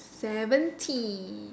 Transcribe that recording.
seventy